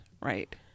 right